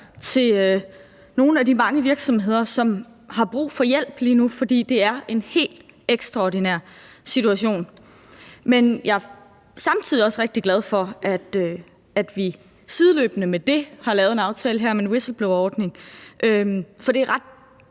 til nogle af de mange virksomheder, som har brug for hjælp lige nu, fordi det er en helt ekstraordinær situation. Men jeg er samtidig også rigtig glad for, at vi sideløbende med det har lavet en aftale her om en whistleblowerordning, for det er bare